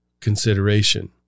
consideration